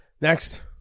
Next